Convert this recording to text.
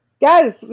Guys